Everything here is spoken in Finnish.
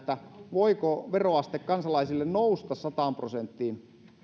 voiko veroaste kansalaisille nousta sataan prosenttiin